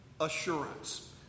Assurance